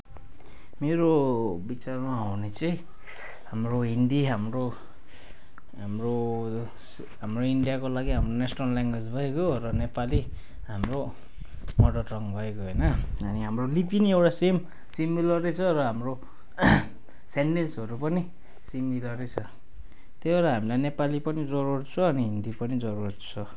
मेरो विचारमा हो भने चाहिँ हाम्रो हिन्दी हाम्रो हाम्रो हाम्रो इन्डियाको लागि हाम्रो नेसनल ल्याङ्ग्वेज भइगयो र नेपाली हाम्रो मदर टङ भइगयो होइन अनि हाम्रो लिपि नै एउटा सेम सिमिलरै छ र हाम्रो सेन्टेन्सहरू पनि सिमिलरै छ त्यही भएर हामीलाई नेपाली पनि जरूरत छ अनि हिन्दी पनि जरूरत छ